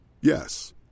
Yes